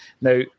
Now